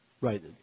Right